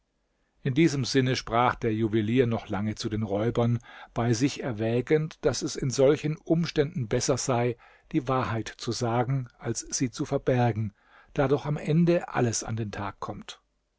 in diesem sinne sprach der juwelier noch lange zu den räubern bei sich erwägend daß es in solchen umständen besser sei die wahrheit zu sagen als sie zu verbergen da doch am ende alles an den tag kommt